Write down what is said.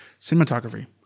Cinematography